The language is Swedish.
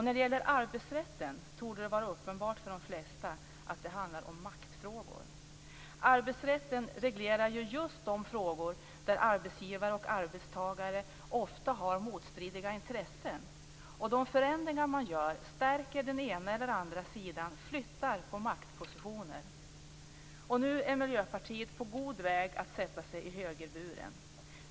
När det gäller arbetsrätten torde det vara uppenbart för de flesta att det handlar om maktfrågor. Arbetsrätten reglerar ju just de frågor där arbetsgivare och arbetstagare ofta har motstridiga intressen. De förändringar man gör stärker den ena eller den andra sidan, flyttar på maktpositioner. Nu är Miljöpartiet på god väg att sätta sig i högerburen.